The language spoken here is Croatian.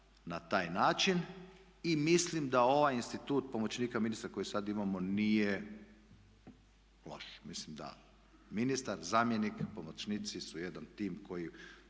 na taj način i mislim da ovaj institut pomoćnika ministra koji sada imamo nije loš. Mislim da ministar, zamjenik, pomoćnici su jedan tim koji